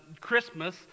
Christmas